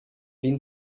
been